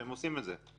והם עושים את זה.